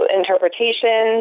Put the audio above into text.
interpretation